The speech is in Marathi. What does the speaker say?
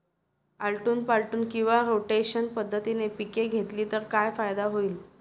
आलटून पालटून किंवा रोटेशन पद्धतीने पिके घेतली तर काय फायदा होईल?